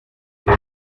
ejo